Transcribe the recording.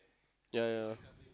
ya ya ya